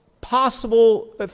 possible